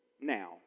now